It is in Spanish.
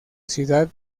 ciudad